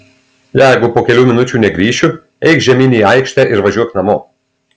jeigu po kelių minučių negrįšiu eik žemyn į aikštę ir važiuok namo